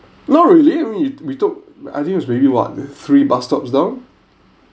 not really I mean we took I think it was maybe what three bus stops down